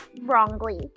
wrongly